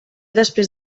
després